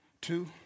two